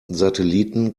satelliten